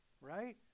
right